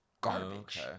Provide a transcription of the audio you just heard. garbage